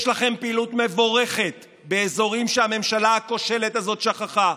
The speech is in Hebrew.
יש לכם פעילות מבורכת באזורים שהממשלה הכושלת הזאת שכחה,